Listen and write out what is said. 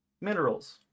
minerals